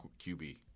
QB